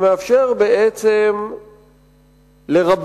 שמאפשר בעצם לרבים,